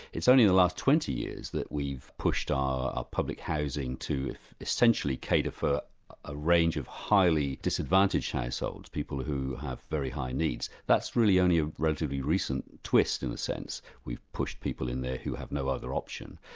it's only in the last twenty years that we've pushed our ah public housing to essentially cater for a range of highly disadvantaged households, people who have very high needs. that's really only a relatively recent twist, in a sense, we've pushed people in there who have no other option.